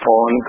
on